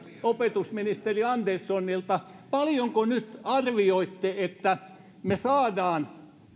opetusministeri anderssonilta paljonko nyt arvioitte että me saamme